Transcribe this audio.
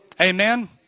Amen